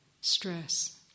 stress